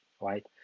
right